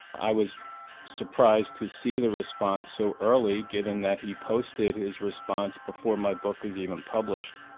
i was surprised to see the response so early given that he posted his response before my book was even published.